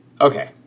Okay